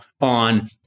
on